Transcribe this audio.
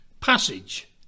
Passage